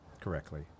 correctly